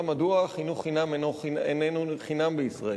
מדוע חינוך חינם איננו חינם בישראל.